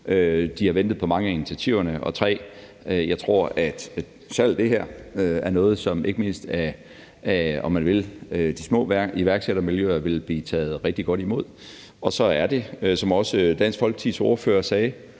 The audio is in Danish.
de har ventet på mange af initiativerne, og 3) at selv det her, tror jeg, er noget, som ikke mindst af de små iværksættermiljøer vil blive taget rigtig godt imod. Og så er det, som også Dansk Folkepartis ordfører sagde,